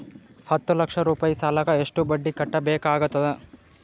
ಹತ್ತ ಲಕ್ಷ ರೂಪಾಯಿ ಸಾಲಕ್ಕ ಎಷ್ಟ ಬಡ್ಡಿ ಕಟ್ಟಬೇಕಾಗತದ?